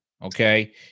Okay